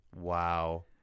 Wow